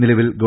നിലവിൽ ഗവ